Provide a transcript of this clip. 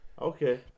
Okay